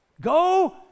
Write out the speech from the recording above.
go